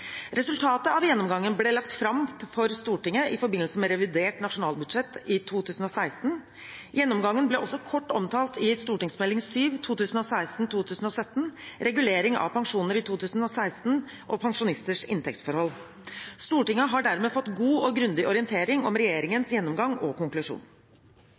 Resultatet av gjennomgangen ble lagt fram for Stortinget i forbindelse med revidert nasjonalbudsjett i 2016. Gjennomgangen ble også kort omtalt i Meld. St. 7 for 2016–2017, Regulering av pensjoner i 2016 og pensjonisters inntektsforhold. Stortinget har dermed fått en god og grundig orientering om regjeringens gjennomgang og konklusjon.